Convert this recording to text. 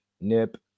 nip